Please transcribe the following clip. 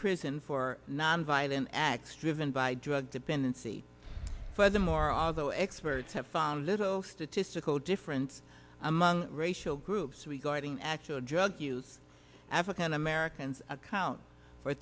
prison for nonviolent acts driven by drug dependency the more although experts have found little statistical difference among racial groups we guarding actual drug use african americans account for